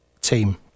team